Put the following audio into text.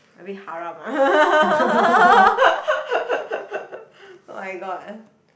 a bit haram ah [oh]-my-god